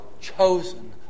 chosen